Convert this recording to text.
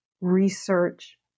research